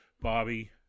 Bobby